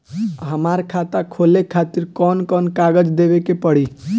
हमार खाता खोले खातिर कौन कौन कागज देवे के पड़ी?